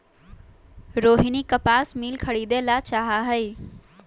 रोहिनी कपास मिल खरीदे ला चाहा हई